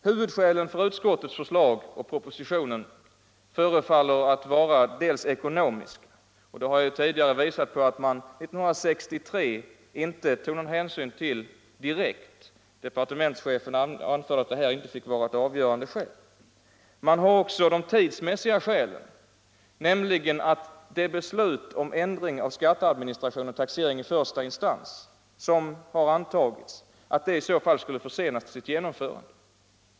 Huvudskälen för utskottets förslag och propositionen förefaller vara dels ekonomiska — jag har tidigare visat att man 1963 inte direkt tog någon hänsyn till vad departementschefen anförde om att de ekonomiska skälen inte fick vara avgörande. Dels är de tidsmässiga. - Det beslut som fattats om en ändring av skatteadministration och taxering i första instans skulle i så fall försenas i genomförandet.